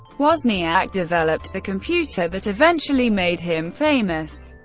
wozniak developed the computer that eventually made him famous.